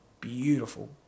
beautiful